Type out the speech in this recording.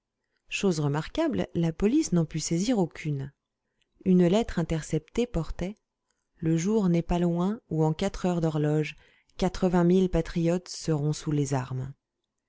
chose remarquable la police n'en put saisir aucune une lettre interceptée portait le jour n'est pas loin où en quatre heures d'horloge quatre-vingt mille patriotes seront sous les armes